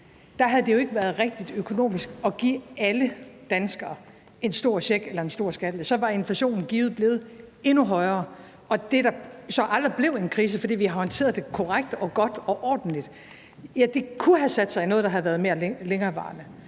havde det jo ikke været rigtigt økonomisk at give alle danskere en stor check eller en stor skattelettelse. Så var inflationen givet blevet endnu højere, og det, der så aldrig blev en krise, fordi vi har håndteret det korrekt og godt og ordentligt, kunne have sat sig i noget, der havde været mere længerevarende.